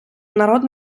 народ